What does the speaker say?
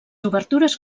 obertures